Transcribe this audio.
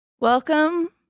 Welcome